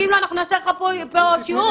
נעשה לך פה שיעור?